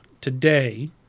today